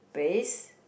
base